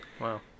wow